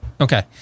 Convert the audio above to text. Okay